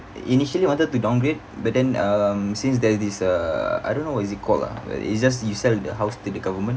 initially wanted to downgrade but then um since there's this uh I don't know what is it called ah but it's just you sell the house to the government